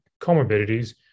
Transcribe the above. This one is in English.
comorbidities